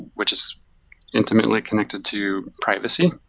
which is intimately connected to privacy.